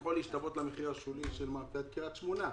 יכול להשתוות למחיר השולי של מאפיית קריית שמונה?